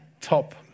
top